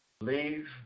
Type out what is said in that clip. Leave